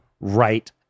right